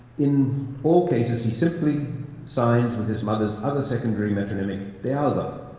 in all cases, he simply signs with his mother's other secondary metronymic, de alva,